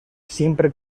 siempre